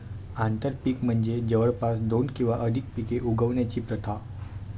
आंतरपीक म्हणजे जवळपास दोन किंवा अधिक पिके उगवण्याची प्रथा